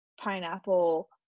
pineapple